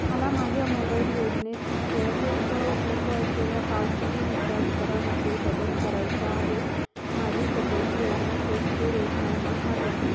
मला माझ्या मोबाईल योजनेत एअरटेलसह उपलब्ध असलेल्या पाच जी बी रीचार्ज करामध्ये बदल करायचा आहे माझी सध्याची योजना पोस्टपेड एक महिना आहे